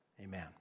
amen